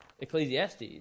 Ecclesiastes